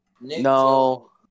No